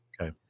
Okay